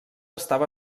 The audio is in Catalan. estava